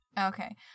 Okay